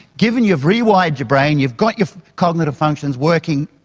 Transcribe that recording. given you've rewired your brain, you've got your cognitive functions working,